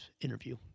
interview